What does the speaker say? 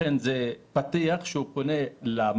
לכן זה פתח לזה שהוא פונה למאכערים,